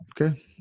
Okay